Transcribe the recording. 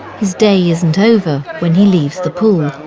his day isn't over when he leaves the pool.